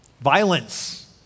Violence